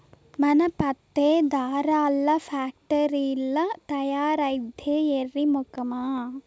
మన పత్తే దారాల్ల ఫాక్టరీల్ల తయారైద్దే ఎర్రి మొకమా